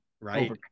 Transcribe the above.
right